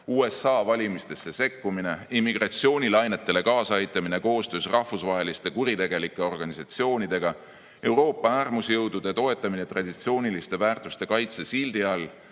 USA valimistesse sekkumine, immigratsioonilainetele kaasaaitamine koostöös rahvusvaheliste kuritegelike organisatsioonidega, Euroopa äärmusjõudude toetamine traditsiooniliste väärtuste kaitse sildi all,